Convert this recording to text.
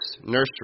Nursery